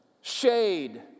shade